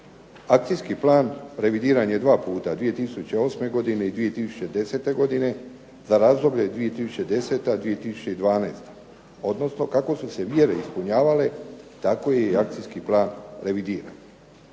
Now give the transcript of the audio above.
Akcijski plan revidiran je dva puta 2008. godine i 2010. godine za razdoblje 2010., 2012. odnosno kako su se mjere ispunjavale tako je i akcijski plan revidiran.